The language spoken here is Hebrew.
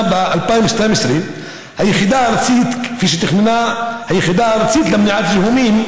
ב-2012 היחידה הארצית למניעת זיהומים,